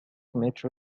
metro